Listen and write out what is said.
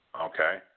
Okay